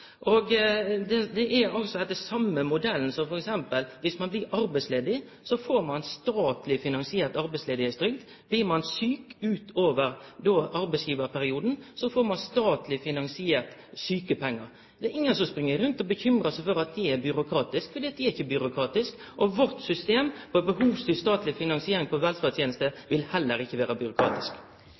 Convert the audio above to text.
det heile. Det er etter same modellen som f.eks. om ein blir arbeidsledig. Då får ein statleg finansiert arbeidsløysetrygd. Blir ein sjuk utover arbeidsgivarperioden, får ein statleg finansierte sjukepengar. Det er ingen som spring rundt og bekymrar seg for at det er byråkratisk, for det er ikkje byråkratisk. Systemet vårt med behovsstyrt statleg finansiering av velferdstenester vil heller ikkje vere byråkratisk.